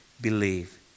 believe